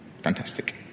Fantastic